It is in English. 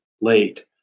late